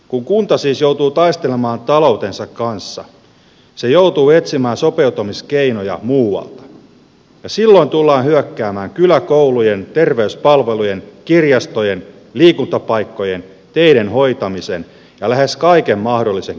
kun kunta siis joutuu taistelemaan taloutensa kanssa se joutuu etsimään sopeutumiskeinoja muualta ja silloin tullaan hyökkäämään kyläkoulujen terveyspalvelujen kirjastojen liikuntapaikkojen teiden hoitamisen ja lähes kaiken mahdollisen kimppuun